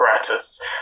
apparatus